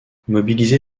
mobilisé